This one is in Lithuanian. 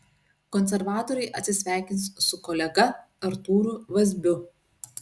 konservatoriai atsisveikins su kolega artūru vazbiu